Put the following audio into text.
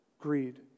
greed